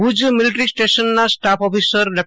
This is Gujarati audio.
ભુજ મિલીટરી સ્ટેશનના સ્ટાફ ઓફિસર લેફ